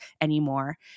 anymore